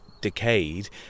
decayed